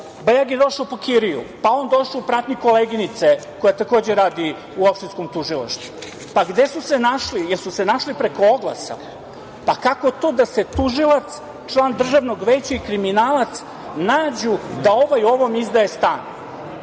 kobajagi došao po kiriju, pa on došao u pratnji koleginice koja takođe radi u opštinskom tužilaštvu. Pa gde su se našli? Jesu se našli preko oglasa? Kako to da se tužilac, član Državnog veća i kriminalac nađu da ovaj ovom izdaje stan.